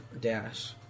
dash